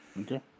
Okay